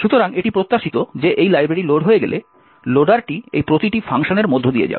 সুতরাং এটি প্রত্যাশিত যে এই লাইব্রেরিটি লোড হয়ে গেলে লোডারটি এই প্রতিটি ফাংশনের মধ্য দিয়ে যাবে